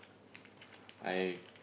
I